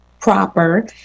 proper